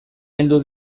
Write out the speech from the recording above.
heldu